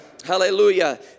Hallelujah